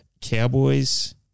Cowboys